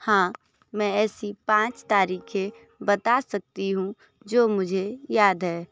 हाँ मैं ऐसी पाँच तारीखें बता सकती हूँ जो मुझे याद है